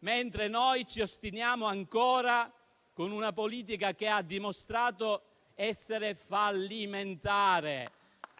mentre noi ci ostiniamo ancora con una politica che ha dimostrato essere fallimentare.